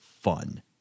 fun